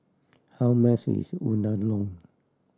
how much is Unadon